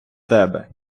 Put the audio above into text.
тебе